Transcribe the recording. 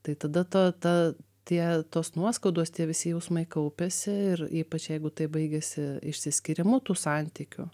tai tada ta ta tie tos nuoskaudos tie visi jausmai kaupiasi ir ypač jeigu tai baigiasi išsiskyrimu tų santykių